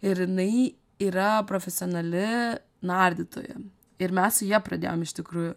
ir jinai yra profesionali nardytoja ir mes su ja pradėjom iš tikrųjų